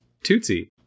Tootsie